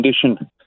condition